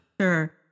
Sure